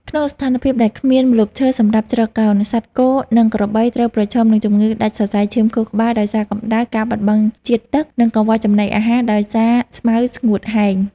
ក្នុងស្ថានភាពដែលគ្មានម្លប់ឈើសម្រាប់ជ្រកកោន សត្វគោ និងក្របីត្រូវប្រឈមនឹងជំងឺដាច់សរសៃឈាមខួរក្បាលដោយសារកម្ដៅ ការបាត់បង់ជាតិទឹក និងកង្វះចំណីអាហារដោយសារស្មៅស្ងួតហែង។